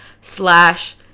slash